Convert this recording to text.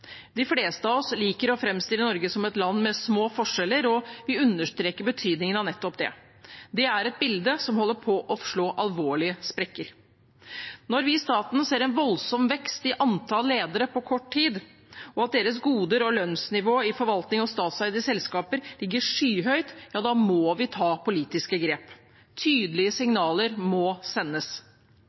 De fleste av oss liker å framstille Norge som et land med små forskjeller, og vi understreker betydningen av nettopp det. Det er et bilde som holder på å slå alvorlige sprekker. Når vi i staten ser en voldsom vekst i antall ledere på kort tid, og at deres goder og lønnsnivå i forvaltning og statseide selskaper ligger skyhøyt, ja, da må vi ta politiske grep. Tydelige signaler må sendes.